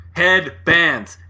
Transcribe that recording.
Headbands